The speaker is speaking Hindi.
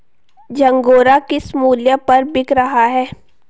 झंगोरा किस मूल्य पर बिक रहा है?